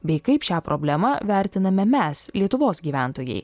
bei kaip šią problemą vertiname mes lietuvos gyventojai